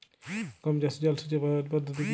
গম চাষে জল সেচের সহজ পদ্ধতি কি?